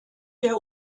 der